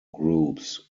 groups